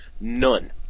none